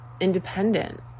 independent